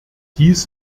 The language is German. dies